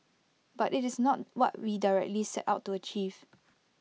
but IT is not what we directly set out to achieve